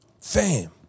Fam